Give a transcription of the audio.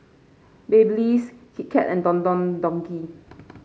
Babyliss Kit Kat and Don Don Donki